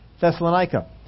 Thessalonica